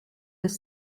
das